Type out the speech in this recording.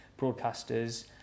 broadcasters